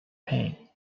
pain